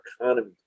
economy